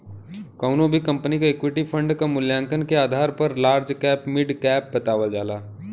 कउनो भी कंपनी क इक्विटी फण्ड क मूल्यांकन के आधार पर लार्ज कैप मिड कैप बतावल जाला